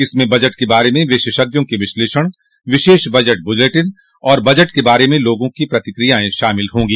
इसमें बजट क बारे में विशेषज्ञों के विश्लेषण विशेष बजट बुलेटिन और बजट के बारे में लोगों की प्रतिक्रिया शामिल होंगी